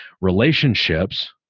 relationships